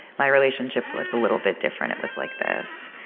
my relationship was a little bit different. it was like this.